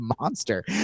monster